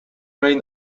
reign